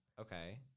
Okay